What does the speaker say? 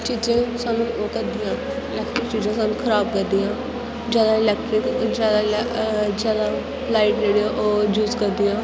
चीजें कन्नै सानूं ओह करदियां इलैक्ट्रिक चीजां सानूं खराब करदियां जैदा इलैक्ट्रिक जैदा जैदा लाईट जेहड़ी ऐ ओह् यूज करदियां